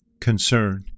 concern